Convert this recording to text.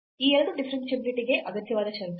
ಈ ಎರಡು ಡಿಫರೆನ್ಷಿಯಾಬಿಲಿಟಿ ಗೆ ಅಗತ್ಯವಾದ ಷರತ್ತುಗಳು